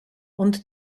und